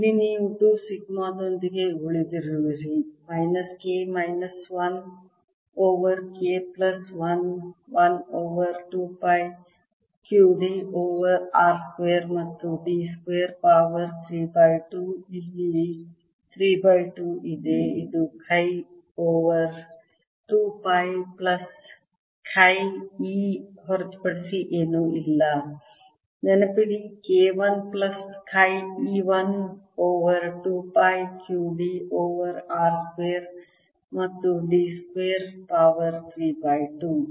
ಇಲ್ಲಿ ನೀವು 2 ಸಿಗ್ಮಾ ದೊಂದಿಗೆ ಉಳಿದಿರುವಿರಿ minus K minus 1 over K plus 1 1 over 2 pi qd over r square ಮತ್ತು D ಸ್ಕ್ವೇರ್ ಪವರ್ 3 ಬೈ 2 ಇಲ್ಲಿ 3 ಬೈ 2 ಇದೆ ಅದು chi e over 2 plus chi e ಹೊರತುಪಡಿಸಿ ಏನೂ ಅಲ್ಲ ನೆನಪಿಡಿ K 1 plus chi e 1 over 2 pi q d over r square ಮತ್ತು D square power 3 by 2